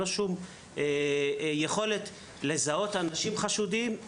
כך שאין בהם שום יכולת לזהות אנשים חשודים,